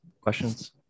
questions